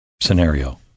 scenario